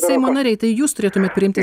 seimo nariai tai jūs turėtumėt priimti